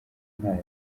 ntayo